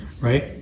right